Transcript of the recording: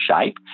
shape